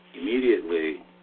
immediately